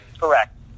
Correct